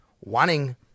wanting